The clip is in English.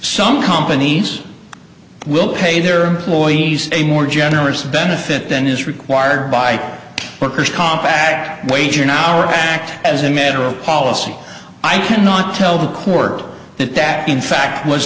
some companies will pay their employees a more generous benefit than is required by workers comp wage an hour act as a matter of policy i cannot tell the court that that in fact was